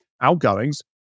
outgoings